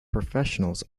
professionals